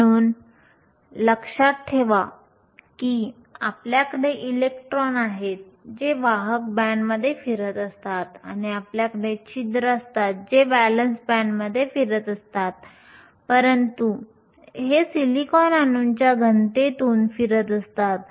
म्हणून लक्षात ठेवा की आपल्यकडे इलेक्ट्रॉन आहेत जे वाहक बँडमध्ये फिरत असतात आणि आपल्याकडे छिद्र असतात जे व्हॅलेन्स बँडमध्ये फिरत असतात परंतु हे सिलिकॉन अणूंच्या घनतेतून फिरत असतात